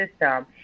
system